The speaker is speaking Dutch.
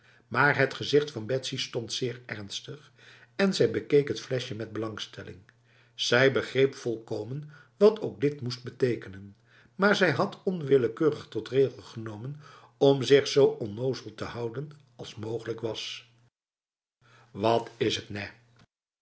maar het gezicht van betsy stond zeer ernstig en zij bekeek het flesje met belangstelling zij begreep volkomen wat ook dit moest betekenen maar zij had onwillekeurig tot regel genomen om zich zo onnozel te houden als mogelijk was wat is het nèh